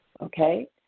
okay